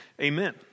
Amen